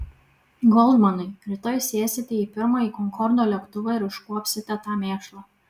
goldmanai rytoj sėsite į pirmąjį konkordo lėktuvą ir iškuopsite tą mėšlą